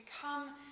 come